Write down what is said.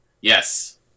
Yes